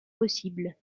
possible